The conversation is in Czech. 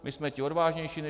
My jsme ti odvážnější než vy.